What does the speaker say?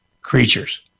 creatures